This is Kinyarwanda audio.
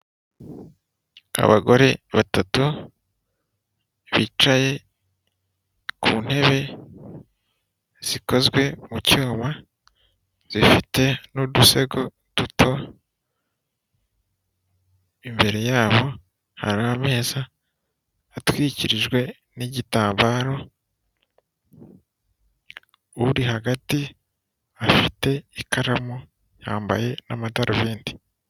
Abagore batatu bicaye ku ntebe zikozwe mu cyuma zifite n'udusego duto, imbere yabo hari ameza atwikirijwe n'igitambaro, uri hagati afite ikaramu yambaye amadarubindi.